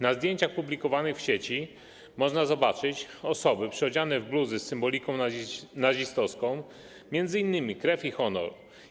Na zdjęciach publikowanych w sieci można zobaczyć osoby przyodziane w bluzy z symboliką nazistowską, m.in. napisem „Krew i Honor”